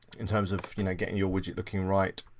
in terms of you know getting your widget looking right.